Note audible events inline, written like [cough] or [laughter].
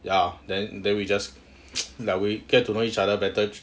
ya then then we just [noise] like we get to know each other better